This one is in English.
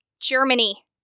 Germany